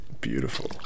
beautiful